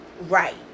right